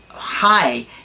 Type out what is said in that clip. Hi